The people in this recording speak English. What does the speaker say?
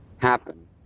happen